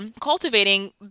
cultivating